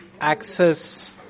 access